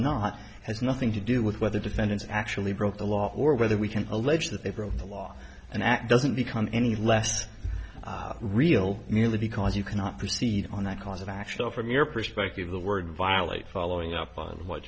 not has nothing to do with whether defendants actually broke the law or whether we can allege that they broke the law and act doesn't become any less real merely because you cannot proceed on that cause of action from your perspective the word violate following up on what